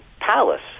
palace